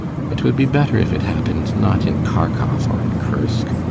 it would be better if it happened not in kharkoff or in kursk,